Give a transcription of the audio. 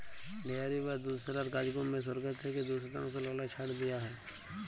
dairy বা দুধশালার কাজকম্মে সরকার থ্যাইকে দু শতাংশ ললে ছাড় দিয়া হ্যয়